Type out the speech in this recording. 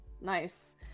nice